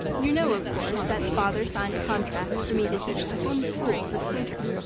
you know, of course, that father signed a contract for me to teach the home school this winter,